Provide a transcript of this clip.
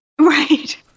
Right